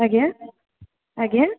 ଆଜ୍ଞା ଆଜ୍ଞା